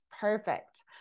Perfect